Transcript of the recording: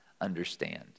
understand